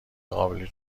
قابل